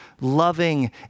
loving